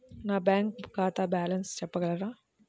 నా బ్యాంక్ ఖాతా బ్యాలెన్స్ చెప్పగలరా?